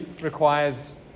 requires